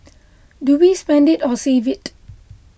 do we spend it or save it